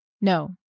No